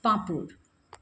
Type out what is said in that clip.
পাঁপড়